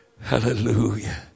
hallelujah